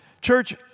Church